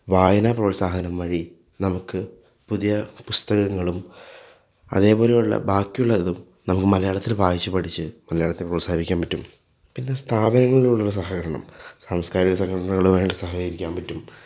വായന പ്രോത്സാഹനം വഴി നമുക്ക് പുതിയ പുസ്തകങ്ങളും അതേപോലെയുള്ള ബാക്കിയുള്ളതും നമുക്ക് മലയാളത്തിൽ വായിച്ചു പഠിച്ച് മലയാളത്തെ പ്രോത്സാഹിപ്പിക്കാൻ പറ്റും പിന്നെ സ്ഥാപനങ്ങളിലൂടെയുള്ള സഹകരണം സാംസ്കാരിക സംഘടനകളുമായി സഹകരിക്കാൻ പറ്റും